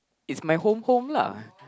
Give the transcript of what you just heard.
it's my home home lah